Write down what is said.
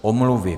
Omluvy.